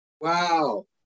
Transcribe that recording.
wow